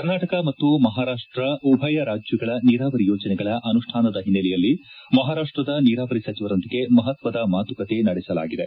ಕರ್ನಾಟಕ ಮತ್ತು ಮಹಾರಾಷ್ಟ ಉಭಯ ರಾಜ್ಯಗಳ ನೀರಾವರಿ ಯೋಜನೆಗಳ ಅನುಷ್ಠಾನದ ಹಿನ್ನಲೆಯಲ್ಲಿ ಮಹಾರಾಷ್ಟದ ನೀರಾವರಿ ಸಚಿವರೊಂದಿಗೆ ಮಪತ್ವದ ಮಾತುಕತೆ ನಡೆಸಲಾಗಿದೆ